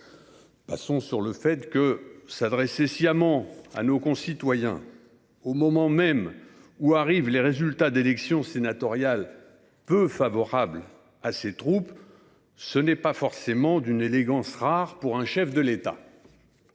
Passons sur le fait que s’adresser sciemment à nos concitoyens au moment même où arrivent les résultats d’élections sénatoriales peu favorables à ses troupes n’est pas forcément d’une élégance rare de la part d’un chef de l’État…